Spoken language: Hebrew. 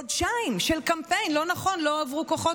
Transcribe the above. חודשיים של קמפיין: לא נכון, לא עברו כוחות.